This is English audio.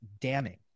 damning